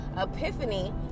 epiphany